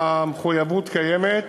המחויבות קיימת,